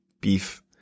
beef